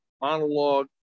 monologue